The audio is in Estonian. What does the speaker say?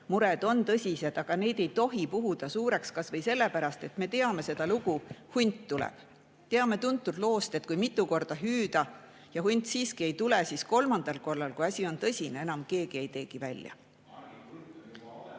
Mured on tõsised, aga neid ei tohi puhuda suureks kasvõi sellepärast, et me teame seda lugu, [kus keegi hüüab:] hunt tuleb. Me teame tuntud loost, et kui mitu korda seda hüüda ja hunt siiski ei tule, siis kolmandal korral, kui asi on tõsine, enam keegi ei teegi välja.